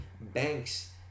banks